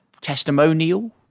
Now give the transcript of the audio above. testimonial